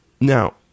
Now